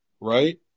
right